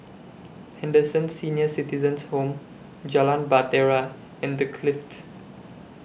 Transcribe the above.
Henderson Senior Citizens' Home Jalan Bahtera and The Clift